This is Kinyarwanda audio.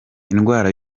indwara